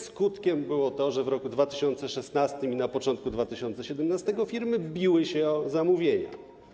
Skutkiem było to, że w roku 2016 i na początku 2017 firmy biły się o zamówienia.